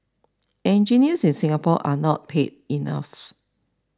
engineers in Singapore are not paid enough